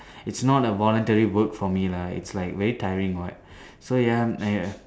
it's not a voluntary work for me lah it's like very tiring what so ya I err